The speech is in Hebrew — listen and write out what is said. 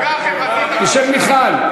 ושל מיכל.